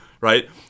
right